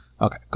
Okay